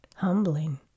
humbling